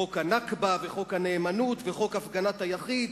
חוק ה"נכבה" וחוק הנאמנות וחוק הפגנת היחיד